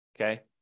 Okay